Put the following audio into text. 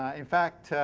ah in fact,